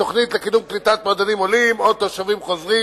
תוכנית לקידום קליטת מדענים עולים או תושבים חוזרים